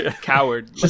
Coward